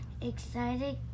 excited